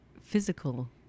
physical